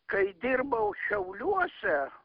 kai dirbau šiauliuose